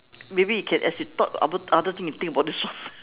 maybe you can as you talk about other things you think about this one